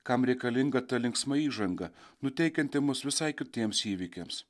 kam reikalinga ta linksma įžanga nuteikianti mus visai kitiems įvykiams